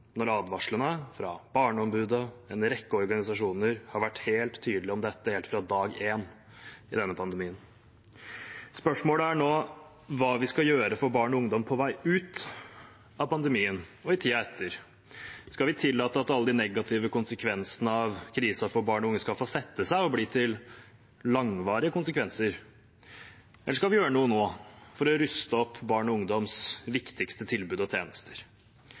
når advarslene fra Barneombudet og en rekke organisasjoner har vært helt tydelige om dette helt fra dag én i denne pandemien. Spørsmålet er nå hva vi skal gjøre for barn og unge på vei ut av pandemien og i tiden etter. Skal vi tillate at alle de negative konsekvensene av krisen for barn og unge skal få sette seg og bli til langvarige konsekvenser? Eller skal vi gjøre noe nå for å ruste opp barn og ungdoms viktigste tilbud og tjenester?